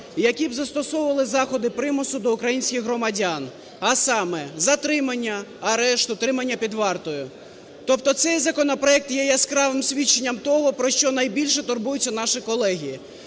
які б застосовували засоби примусу до українських громадян. А саме: затримання, арешт, утримання під вартою. Тобто цей законопроект є яскравим свідченням того, про що найбільше турбуються наші колеги.